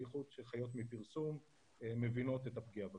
במיוחד אלה שחיות מפרסום, מבינות את הפגיעה בכיס.